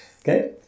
Okay